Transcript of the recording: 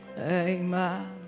Amen